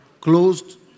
closed